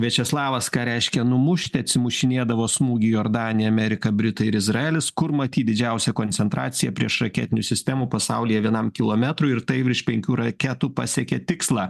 viačeslavas ką reiškia numušti atsimušinėdavo smūgį jordanija amerika britai ir izraelis kur matyt didžiausia koncentracija priešraketinių sistemų pasaulyje vienam kilometrui ir tai virš penkių raketų pasiekė tikslą